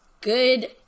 good